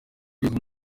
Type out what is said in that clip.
rwego